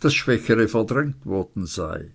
das schwächere verdrängt worden sei